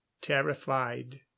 terrified